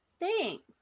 Thanks